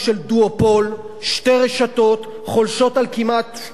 שתי רשתות חולשות על כמעט 90% מהשוק,